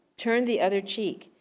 turned the other cheek,